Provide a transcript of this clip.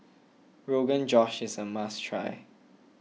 Rogan Josh is a must try